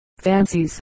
fancies